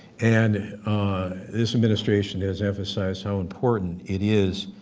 and this administration has emphasized how important it is,